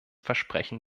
versprechen